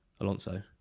Alonso